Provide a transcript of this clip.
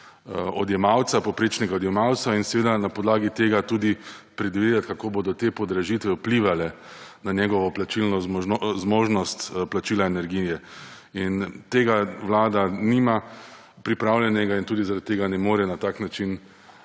profil povprečnega odjemalca in na podlagi tega tudi predvideti, kako bodo te podražitev vplivale na njegovo zmožnost plačila energije. Tega Vlada nima pripravljenega in tudi zaradi tega ne more na tak način